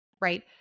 right